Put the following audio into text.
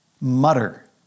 mutter